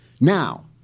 Now